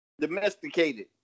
Domesticated